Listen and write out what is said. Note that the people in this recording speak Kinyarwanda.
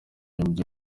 ibyo